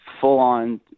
full-on